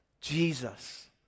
Jesus